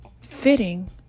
Fitting